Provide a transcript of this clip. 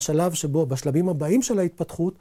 שלב שבו בשלבים הבאים של ההתפתחות